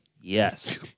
Yes